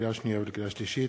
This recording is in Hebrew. לקריאה שנייה ולקריאה שלישית,